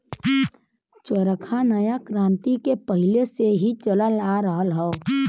चरखा नया क्रांति के पहिले से ही चलल आ रहल हौ